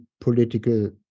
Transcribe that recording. political